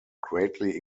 greatly